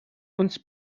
uns